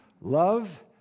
Love